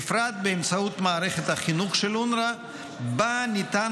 ובפרט באמצעות מערכת החינוך של אונר"א שבה ניתן